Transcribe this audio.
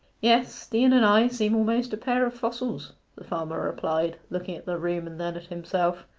yes, the inn and i seem almost a pair of fossils the farmer replied, looking at the room and then at himself.